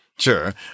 Sure